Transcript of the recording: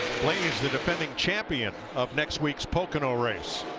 he is the defending champion of next week's race.